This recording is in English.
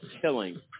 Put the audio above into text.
killing